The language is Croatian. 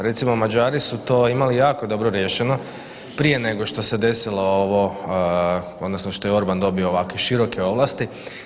Recimo, Mađari su to imali jako dobro riješeno prije nego što se desilo ovo, odnosno što je Orban dobio ovako široke ovlasti.